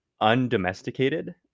undomesticated